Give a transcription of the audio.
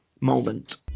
moment